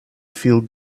feel